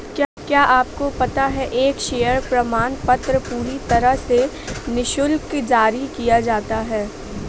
क्या आपको पता है एक शेयर प्रमाणपत्र पूरी तरह से निशुल्क जारी किया जाता है?